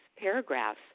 paragraphs